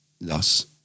Thus